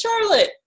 Charlotte